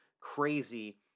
crazy